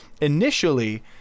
initially